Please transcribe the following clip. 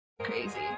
crazy